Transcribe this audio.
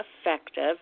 effective